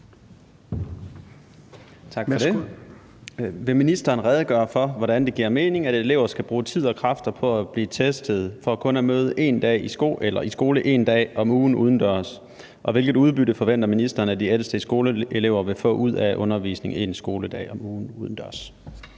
Vil ministeren redegøre for, hvordan det giver mening, at elever skal bruge tid og kræfter på at blive testet for kun at møde i skole én dag om ugen udendørs, og hvilket udbytte forventer ministeren at de ældste skoleelever vil få ud af undervisning én skoledag om ugen udendørs?